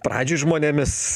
pradžioj žmonėmis